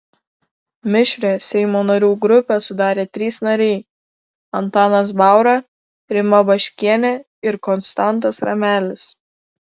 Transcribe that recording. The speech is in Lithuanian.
mišrią seimo narių grupę sudarė trys nariai antanas baura rima baškienė ir konstantas ramelis